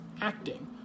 acting